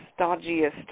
stodgiest